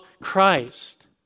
Christ